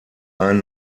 ein